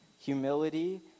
humility